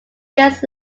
years